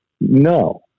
no